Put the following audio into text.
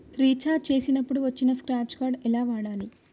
Recharge చేసినప్పుడు వచ్చిన scratch card ఎలా వాడాలి?